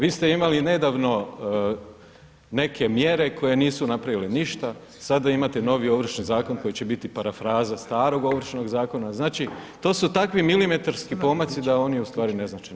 Vi ste imali nedavno neke mjere koje nisu napravile ništa, sada imate novi ovršni zakon koji će biti parafraza starog ovršnog zakona, znači to su takvi milimetarski pomaci da oni u stvari ne znače ništa.